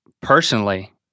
personally